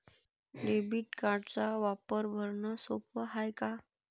Debit कार्डचा वापर भरनं सोप हाय का?